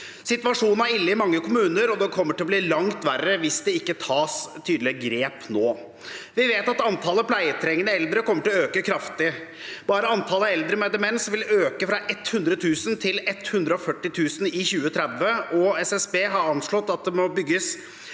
Situasjonen er ille i mange kommuner, og det kommer til å bli langt verre hvis det ikke tas tydelige grep nå. Vi vet at antallet pleietrengende eldre kommer til å øke kraftig. Bare antallet eldre med demens vil øke fra 100 000 til 140 000 i 2030, og SSB har anslått at det må bygges